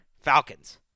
Falcons